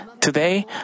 Today